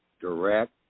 direct